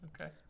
Okay